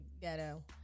ghetto